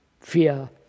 fear